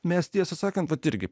mes tiesą sakant pati irgi